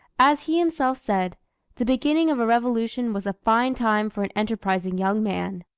as he himself said the beginning of a revolution was a fine time for an enterprising young man!